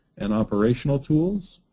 and operational tools,